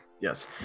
Yes